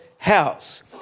house